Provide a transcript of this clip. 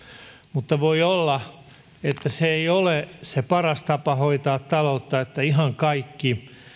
mutta voi olla että se ei ole se paras tapa hoitaa ta loutta että ihan kaikki